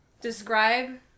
Describe